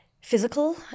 physical